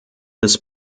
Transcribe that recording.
des